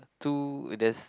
two there's